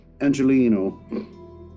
Angelino